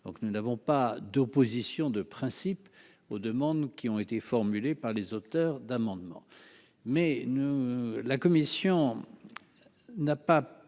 donc nous n'avons pas d'opposition de principe aux demandes qui ont été formulées par les auteurs d'amendements mais ne la commission n'a pas